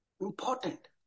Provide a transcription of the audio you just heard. Important